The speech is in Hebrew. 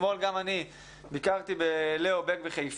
אתמול ביקרתי בבית ספר ליאו בק בחיפה,